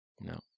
No